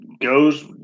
goes